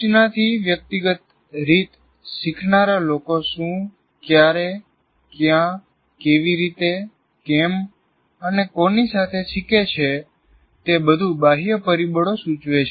સૂચનાથી વ્યક્તિગત રીતે શીખનારા લોકો શું ક્યારે ક્યાં કેવી રીતે કેમ અને કોની સાથે શીખે છે તે બધું બાહ્ય પરિબળો સૂચવે છે